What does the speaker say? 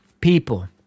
people